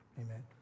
Amen